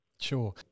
Sure